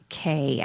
Okay